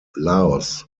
laos